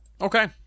Okay